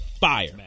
Fire